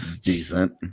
Decent